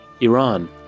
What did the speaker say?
Iran